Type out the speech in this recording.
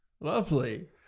Lovely